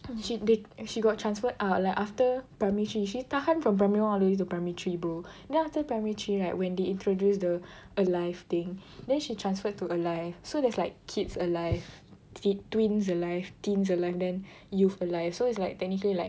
she did she got transferred out like after primary three she tahan from primary one all the way to primary three bro then after primary three right when they introduced the aLIVE thing then she transferred to aLIVE so there's like Kids aLIVE tweens aLIVE teens aLIVE then youth aLIVE so it's like technically like